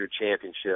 championship